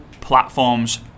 platforms